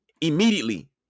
immediately